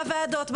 בוועדות,